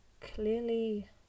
clearly